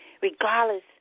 regardless